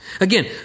Again